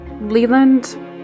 Leland